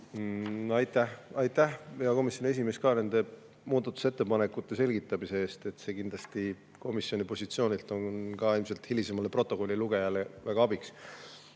Aitäh, hea komisjoni esimees, ka nende muudatusettepanekute selgitamise eest! See on kindlasti komisjoni positsioonilt ka hilisemale protokolli lugejale väga abiks.